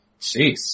Jeez